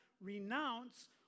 renounce